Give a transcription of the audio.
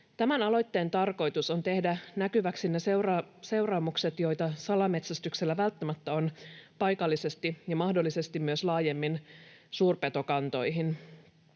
Tämän aloitteen tarkoitus on tehdä näkyväksi ne seuraamukset, joita salametsästyksellä välttämättä on paikallisesti ja mahdollisesti myös laajemmin suurpetokantoihin.